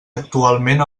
actualment